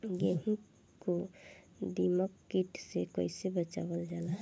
गेहूँ को दिमक किट से कइसे बचावल जाला?